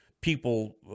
people